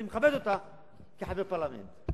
ואני מכבד אותה כחבר פרלמנט,